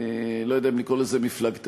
לא יודע אם לקרוא לזה מפלגתך,